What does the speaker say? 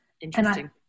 interesting